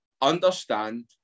understand